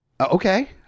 Okay